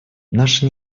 наша